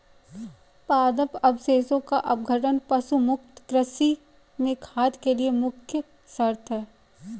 पादप अवशेषों का अपघटन पशु मुक्त कृषि में खाद के लिए मुख्य शर्त है